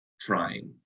trying